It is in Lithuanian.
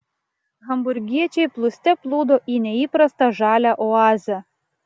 hamburgiečiai plūste plūdo į neįprastą žalią oazę